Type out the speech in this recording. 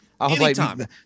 anytime